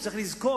צריך לזכור,